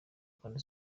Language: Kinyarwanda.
kandi